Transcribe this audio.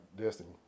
destiny